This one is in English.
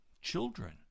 children